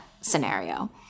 scenario